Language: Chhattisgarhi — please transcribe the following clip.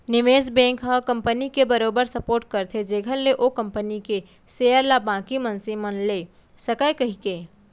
निवेस बेंक ह कंपनी के बरोबर सपोट करथे जेखर ले ओ कंपनी के सेयर ल बाकी मनसे मन ले सकय कहिके